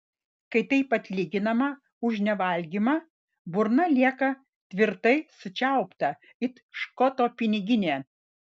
kai taip atlyginama už nevalgymą burna lieka tvirtai sučiaupta it škoto piniginė